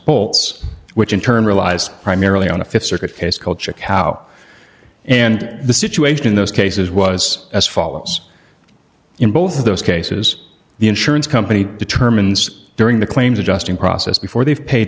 balts which in turn relies primarily on a th circuit case kolchak how and the situation in those cases was as follows in both of those cases the insurance company determines during the claims adjusting process before they've paid